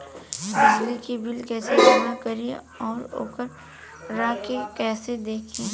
बिजली के बिल कइसे जमा करी और वोकरा के कइसे देखी?